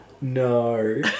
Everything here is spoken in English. No